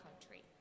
Country